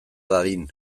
dadin